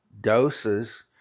doses